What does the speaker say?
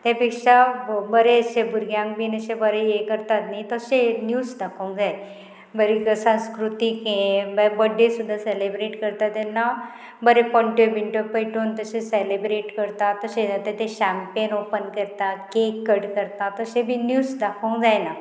ते पेक्षा बरे भुरग्यांक बीन अशे बरे हे करतात न्ही तशे न्यूज दाखोवंक जाय बरी संस्कृतीक हे बड्डे सुद्दां सेलेब्रेट करता तेन्ना बरे पण बिंट्यो पेटोवन तशे सेलेब्रेट करता तशे जाता ते शामपेन ओपन करता केक कट करता तशे बी निव्ज दाखोवंक जायना